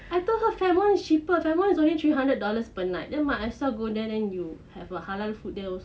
I told her fairmont is cheaper fairmont is only three hundred dollars per night then might as well go there then you have a halal food there also